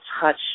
touch